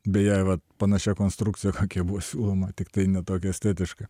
beje vat panašia konstrukcija kokia buvo siūloma tiktai ne tokia estetiška